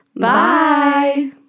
Bye